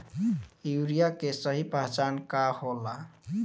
Urea के सही पहचान का होला?